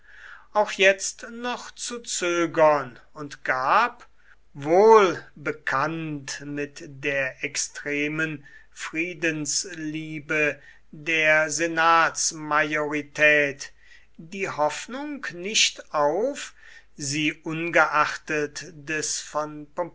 auch jetzt noch zu zögern und gab wohl bekannt mit der extremen friedensliebe der senatsmajorität die hoffnung nicht auf sie ungeachtet des